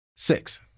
Six